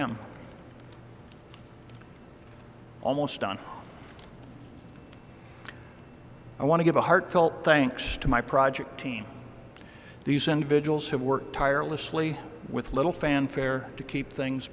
am almost done i want to give a heartfelt thanks to my project team these individuals have worked tirelessly with little fanfare to keep things